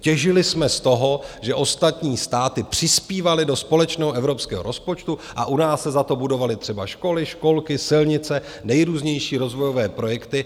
Těžili jsme z toho, že ostatní státy přispívaly do společného evropského rozpočtu a u nás se za to budovaly třeba školy, školky, silnice, nejrůznější rozvojové projekty.